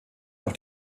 auch